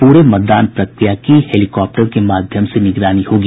प्ररे मतदान प्रक्रिया की हेलीकाप्टर के माध्यम से निगरानी होगी